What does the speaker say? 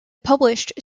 published